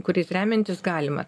kuriais remiantis galima